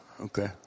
Okay